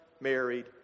married